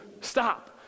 Stop